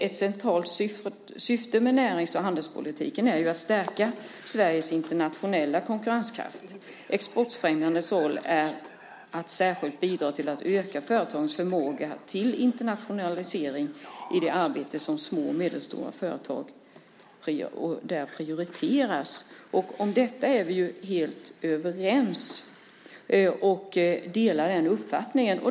Ett centralt syfte med närings och handelspolitiken är ju att stärka Sveriges internationella konkurrenskraft. Exportfrämjandets roll är att särskilt bidra till att öka företagens förmåga till internationalisering och där prioritera det arbete som små och medelstora företag gör. Om detta är vi helt överens. Vi delar den uppfattningen.